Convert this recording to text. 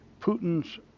Putin's